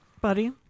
buddy